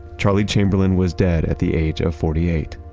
charlie chamberlain was dead at the age of forty eight.